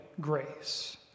grace